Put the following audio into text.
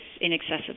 inaccessible